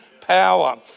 power